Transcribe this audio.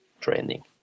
training